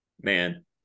man